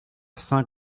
saint